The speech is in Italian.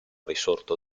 risorto